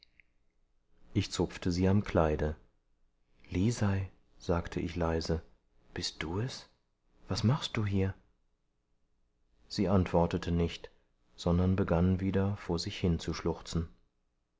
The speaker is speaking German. ich zupfte sie am kleide lisei sagte ich leise bist du es was machst du hier sie antwortete nicht sondern begann wieder vor sich hin zu schluchzen